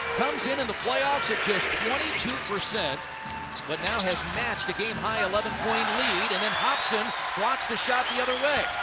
into the playoffs at just twenty two percent but now and has matched a game high eleven point lead. and then hobson blocks the shot the other way.